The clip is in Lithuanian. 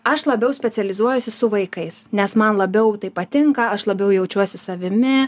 aš labiau specializuojuosi su vaikais nes man labiau tai patinka aš labiau jaučiuosi savimi